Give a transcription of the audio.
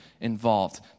involved